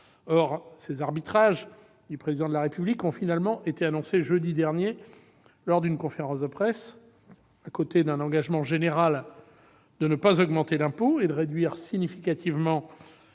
Or les arbitrages du Président de la République ont finalement été annoncés jeudi dernier, lors d'une conférence de presse. Outre l'engagement général de ne pas augmenter l'impôt et de réduire « significativement